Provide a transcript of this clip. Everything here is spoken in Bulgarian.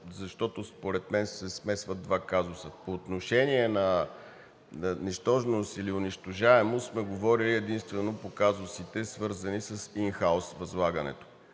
защото според мен се смесват два казуса. По отношение на нищожност или унищожаемост сме говорили единствено по казусите, свързани с ин хаус възлагането.